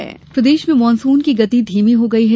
मौसम मध्यप्रदेश में मानसून की गति धीमी हो गई है